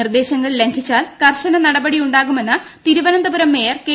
നിർദ്ദേശങ്ങൾ പ്രിക്ലിച്ചാൽ കർശന നടപടിയു ണ്ടാകുമെന്ന് തിരുവന്ത്പുരം മേയർ കെ